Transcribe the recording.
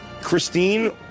Christine